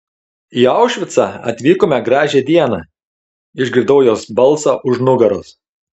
į aušvicą atvykome gražią dieną išgirdau jos balsą už nugaros